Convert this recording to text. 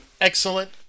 excellent